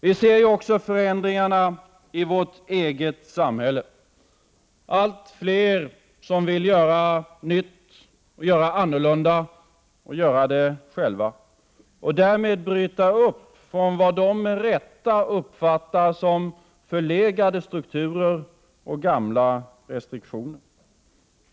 Vi ser också förändringarna i vårt eget samhälle: allt fler som vill göra nytt, göra annorlunda och göra det själva och därmed bryta upp från vad de med rätta uppfattar som förlegade strukturer och gamla restriktioner.